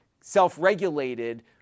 self-regulated